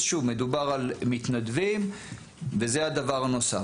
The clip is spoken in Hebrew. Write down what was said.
אז שוב, מדובר על מתנדבים וזה הדבר הנוסף.